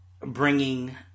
bringing